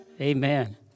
Amen